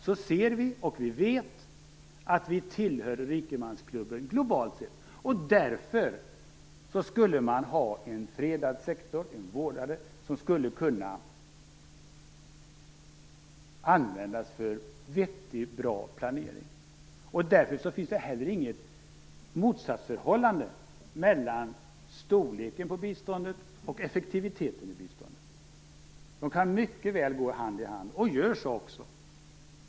Tanken var därför, och är fortfarande för dem som slåss för enprocentsmålet, att man skulle ha en fredad sektor som skulle kunna användas för vettig planering. Därför finns det heller inget motsatsförhållande mellan storleken på biståndet och effektiviteten i biståndet. De kan mycket väl gå hand i hand, och gör så också.